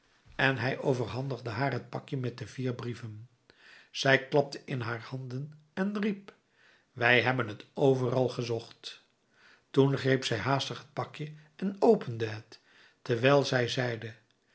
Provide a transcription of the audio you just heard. en hij overhandigde haar het pakje met de vier brieven zij klapte in haar handen en riep wij hebben t overal gezocht toen greep zij haastig het pakje en opende het terwijl zij zeide